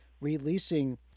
releasing